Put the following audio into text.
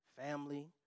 family